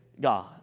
God